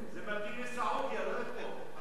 זה מתאים לסעודיה, לא לפה.